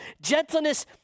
gentleness